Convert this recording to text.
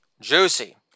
juicy